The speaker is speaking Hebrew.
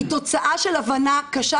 היא תוצאה של הבנה קשה,